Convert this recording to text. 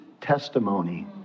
testimony